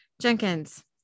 Jenkins